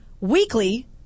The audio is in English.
weekly